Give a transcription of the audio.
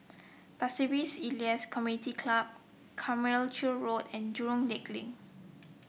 Pasir Ris Elias Community Club Carmichael Road and Jurong Lake Link